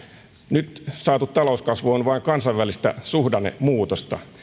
nyt saatu talouskasvu on vain kansainvälistä suhdannemuutosta